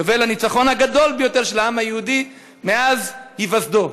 יובל לניצחון הגדול של העם היהודי מאז היווסדו.